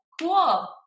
cool